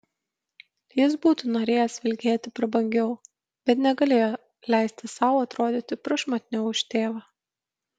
jis būtų norėjęs vilkėti prabangiau bet negalėjo leisti sau atrodyti prašmatniau už tėvą